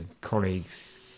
colleagues